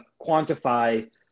quantify